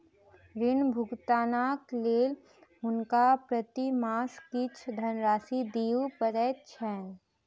ऋण भुगतानक लेल हुनका प्रति मास किछ धनराशि दिअ पड़ैत छैन